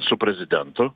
su prezidentu